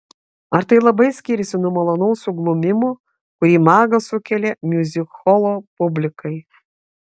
ar tai labai skiriasi nuo malonaus suglumimo kurį magas sukelia miuzikholo publikai